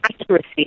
accuracy